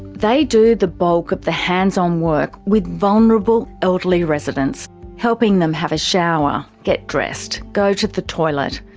they do the bulk of the hands-on work with vulnerable elderly residents helping them have a shower, get dressed, go to the toilet,